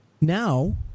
now